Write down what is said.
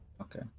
okay